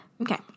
Okay